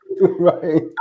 right